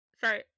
sorry